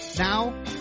Now